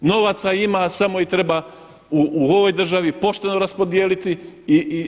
Novaca ima samo ih treba u ovoj državi pošteno raspodijeliti i